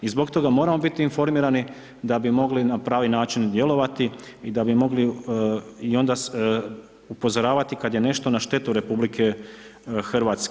I zbog toga moramo biti informirani da bi mogli na pravi način djelovati i da bi mogli i onda upozoravati kada je nešto na štetu RH.